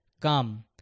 Come